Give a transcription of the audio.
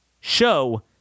show